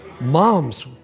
moms